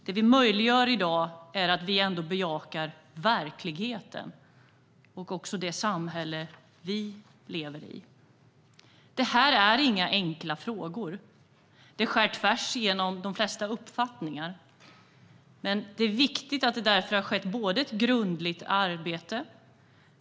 Det vi gör i dag är att vi bejakar verkligheten och det samhälle som vi lever i. Detta är inga enkla frågor. De skär tvärs igenom de flesta uppfattningar. Därför är det viktigt att det har skett ett grundligt arbete.